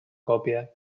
còpia